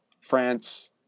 France